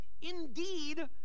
indeed